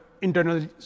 internal